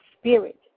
Spirit